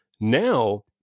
now